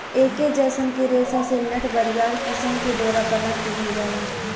ऐके जयसन के रेशा से नेट, बरियार किसिम के डोरा बना दिहल जाला